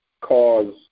cause